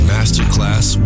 Masterclass